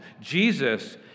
Jesus